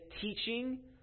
teaching